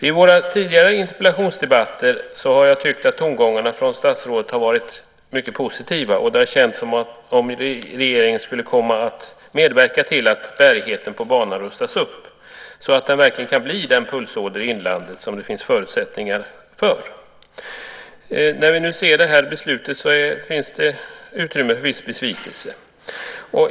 I våra tidigare interpellationsdebatter har jag tyckt att tongångarna från statsrådet har varit mycket positiva, och det har känts som om regeringen skulle komma att medverka till att banans bärighet rustas upp, så att banan verkligen kan bli den pulsåder i inlandet som det finns förutsättningar för. Det beslut som vi nu ser ger utrymme för viss besvikelse.